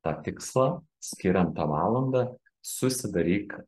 tą tikslą skiriant tą valandą susidaryk